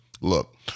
Look